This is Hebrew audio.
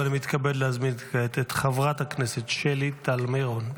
אני מתכבד להזמין את חברת הכנסת שלי טל מירון.